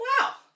Wow